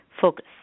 focus